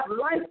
life